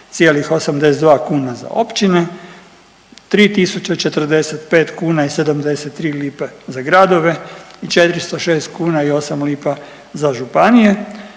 2689,82 kuna za općine, 3045 kuna i 73 lipe za gradove i 406 kuna i 8 lipa za županije.